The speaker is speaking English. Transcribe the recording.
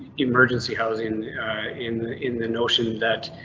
emergency housing in the in the notion that